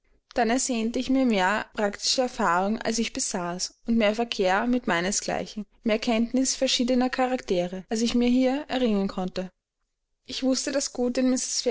dann ersehnte ich mir mehr praktische erfahrung als ich besaß mehr verkehr mit meinesgleichen mehr kenntnis verschiedener charaktere als ich mir hier erringen konnte ich wußte das gute